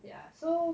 ya so